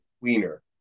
cleaner